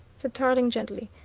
said tarling gently.